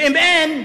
ואם אין,